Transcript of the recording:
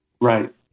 Right